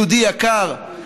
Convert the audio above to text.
יהודי יקר,